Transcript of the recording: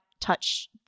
touch